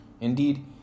Indeed